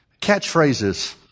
catchphrases